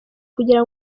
kugira